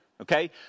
okay